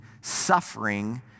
suffering